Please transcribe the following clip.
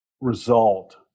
result